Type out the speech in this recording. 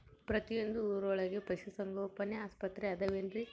ಪ್ರತಿಯೊಂದು ಊರೊಳಗೆ ಪಶುಸಂಗೋಪನೆ ಆಸ್ಪತ್ರೆ ಅದವೇನ್ರಿ?